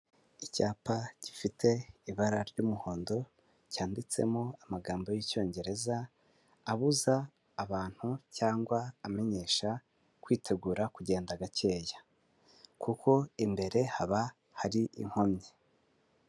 Icyapa gifite ibara ry'umuhondo, cyanditsemo amagambo y'icyongereza abuza abantu cyangwa amenyesha kwitegura kugenda gakeya kuko imbere haba hari inkomyi.